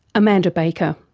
amanda baker.